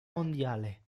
mondiale